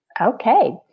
Okay